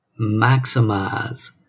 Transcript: maximize